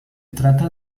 trata